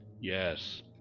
Yes